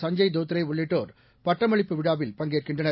சஞ்சய் தோத்ரே உள்ளிட்டோர் பட்டமளிப்பு விழாவில் பங்கேற்கின்றனர்